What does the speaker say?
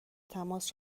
تماس